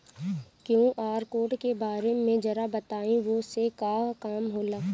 QR code के बारे में जरा बताई वो से का काम होला?